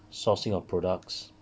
sourcing of products